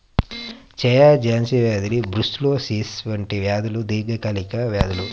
క్షయ, జాన్స్ వ్యాధి బ్రూసెల్లోసిస్ వంటి వ్యాధులు దీర్ఘకాలిక వ్యాధులు